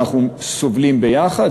אנחנו סובלים ביחד,